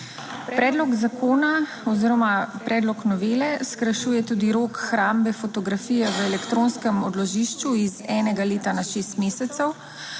Predlog zakona oziroma predlog novele skrajšuje tudi rok hrambe fotografije v elektronskem odložišču iz enega leta na šest mesecev.